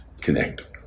connect